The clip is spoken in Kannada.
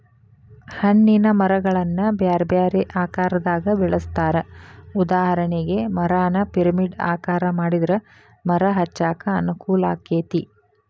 ಹಣ್ಣಿನ ಮರಗಳನ್ನ ಬ್ಯಾರ್ಬ್ಯಾರೇ ಆಕಾರದಾಗ ಬೆಳೆಸ್ತಾರ, ಉದಾಹರಣೆಗೆ, ಮರಾನ ಪಿರಮಿಡ್ ಆಕಾರ ಮಾಡಿದ್ರ ಮರ ಹಚ್ಚಾಕ ಅನುಕೂಲಾಕ್ಕೆತಿ